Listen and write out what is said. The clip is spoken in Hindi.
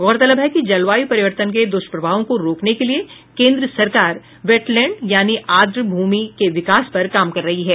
गौरतलब है कि जलवायु परिवर्तन के दुष्प्रभावों को रोकने के लिये केंद्र सरकार वेटलैंड यानि आर्द्रभूमि के विकास पर काम कर रही है